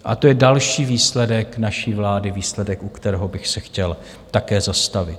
A to je další výsledek naší vlády, výsledek, u kterého bych se chtěl také zastavit.